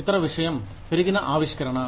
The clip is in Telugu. ఇతర విషయం పెరిగిన ఆవిష్కరణ